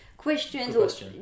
Questions